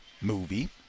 movie